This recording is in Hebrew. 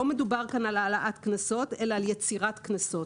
לא מדובר כאן על העלאת קנסות אלא על יצירת קנסות.